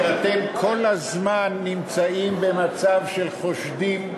שאתם כל הזמן נמצאים במצב של חושדים.